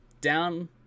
down